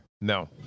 No